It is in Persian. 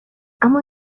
اما